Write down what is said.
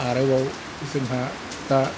आरोबाव जोंहा दा